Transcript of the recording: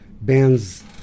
bands